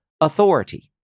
authority